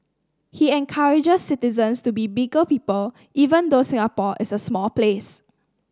he encourages citizens to be bigger people even though Singapore is a small place